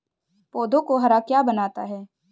पौधों को हरा क्या बनाता है?